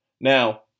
Now